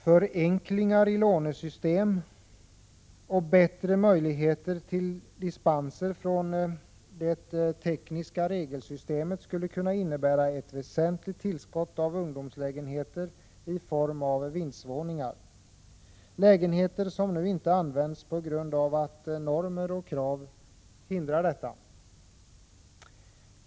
Förenklingar i lånesystemet och bättre möjligheter till dispenser från det tekniska regelsystemet skulle kunna innebära ett väsentligt tillskott av ungdomslägenheter i form av vindsvåningar. Lägenheter som nu inte används på grund av hindrande normer och krav måste kunna tas i anspråk.